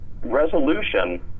resolution